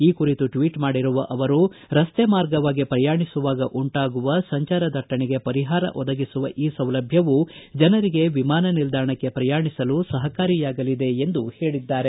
ಈ ಕುರಿತು ಟ್ವೀಟ್ ಮಾಡಿರುವ ಅವರು ರಸ್ತೆ ಮಾರ್ಗವಾಗಿ ಪ್ರಯಾಣಿಸುವಾಗ ಉಂಟಾಗುವ ಸಂಜಾರ ದಟ್ಟಣೆಗೆ ಪರಿಹಾರವನ್ನು ಒದಗಿಸುವ ಈ ಸೌಲಭ್ಯವು ಜನರಿಗೆ ವಿಮಾನ ನಿಲ್ಲಾಣಕ್ಕೆ ಪ್ರಯಾಣಿಸಲು ಸಹಕಾರಿಯಾಗಲಿದೆ ಎಂದು ಹೇಳಿದ್ದಾರೆ